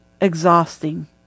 exhausting